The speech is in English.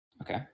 Okay